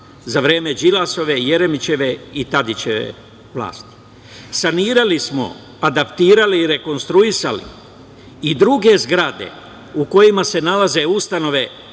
za vreme Đilasove, Jeremićeve i Tadićeve vlasti. Sanirali smo, adaptirali i rekonstruisali i druge zgrade u kojima se nalaze ustanove